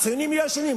הציונים יהיו שונים,